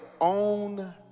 own